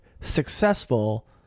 successful